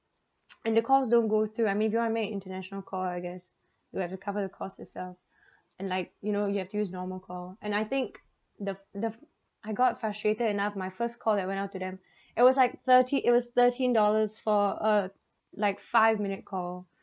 and the calls don't go through I mean I don't wanna make international call I guess you'll have to cover the costs yourself and like you know you have to use normal call and I think the the I got frustrated enough my first call that went out to them it was like thirty it was thirteen dollars for a like five minute call